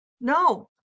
No